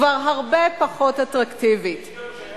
כבר הרבה פחות אטרקטיבית, יש גם שמש.